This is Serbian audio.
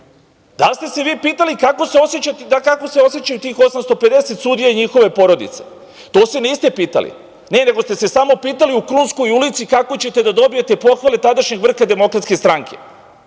Da li ste vi pitali kako se osećaju tih 850 sudija i njihove porodice? To se niste pitali. Ne, nego ste se samo pitali u Krunskoj ulici kako ćete da dobijete pohvale tadašnjeg vrha Demokratske stranke? Ko